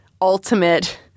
ultimate